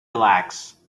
relax